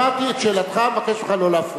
שמעתי את שאלתך, אני מבקש ממך לא להפריע.